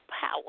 power